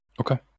Okay